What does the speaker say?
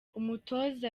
umutoza